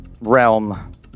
Realm